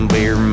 Beer